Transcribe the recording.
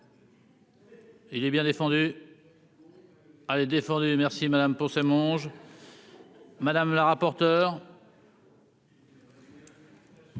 il est bien défendu. Allez défendu merci madame pour ce monde. Madame la rapporteure.